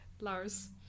Lars